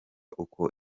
uko